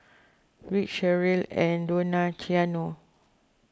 Rich Sheryll and Donaciano